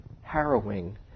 harrowing